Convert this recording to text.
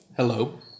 Hello